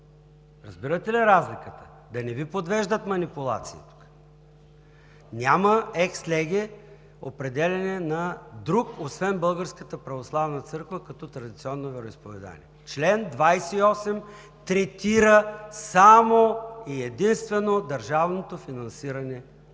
Разбирате ли разликата? Да не Ви подвеждат манипулации тук! Няма екс леге определяне на друг, освен Българската православна църква като традиционно вероизповедание. Член 28 третира само и единствено държавното финансиране и нищо